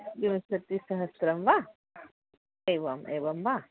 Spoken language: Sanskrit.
विंशतिसहस्रं वा एवम् एवं वा